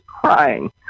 crying